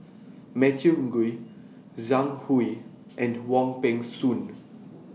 Matthew Ngui Zhang Hui and Wong Peng Soon